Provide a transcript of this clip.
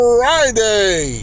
Friday